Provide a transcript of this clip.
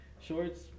shorts